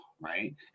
right